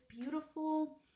beautiful